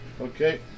Okay